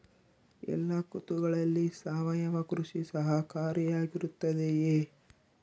ಎಲ್ಲ ಋತುಗಳಲ್ಲಿ ಸಾವಯವ ಕೃಷಿ ಸಹಕಾರಿಯಾಗಿರುತ್ತದೆಯೇ?